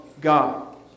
God